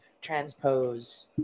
transpose